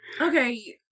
Okay